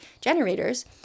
generators